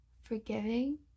forgiving